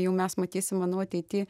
jau mes matysim manau ateity